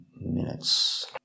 minutes